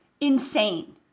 insane